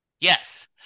Yes